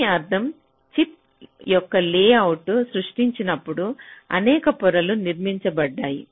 దీని అర్థం చిప్ యొక్క లేఅవుట్ను సృష్టించినప్పుడు అనేక పొరలు నిర్మించబడ్డాయి